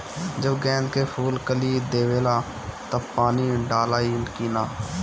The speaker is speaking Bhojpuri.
जब गेंदे के फुल कली देवेला तब पानी डालाई कि न?